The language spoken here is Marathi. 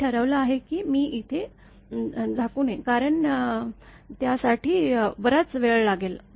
मी ठरवलं आहे की मी इथे झाकू नये कारण त्यासाठी बराच वेळलागेल